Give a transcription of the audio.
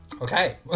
Okay